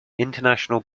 international